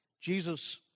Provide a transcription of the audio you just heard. Jesus